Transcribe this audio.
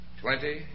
twenty